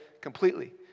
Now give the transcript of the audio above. completely